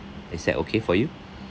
is that okay for you